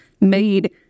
made